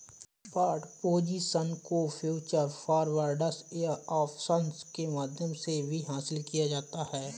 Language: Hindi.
शॉर्ट पोजीशन को फ्यूचर्स, फॉरवर्ड्स या ऑप्शंस के माध्यम से भी हासिल किया जाता है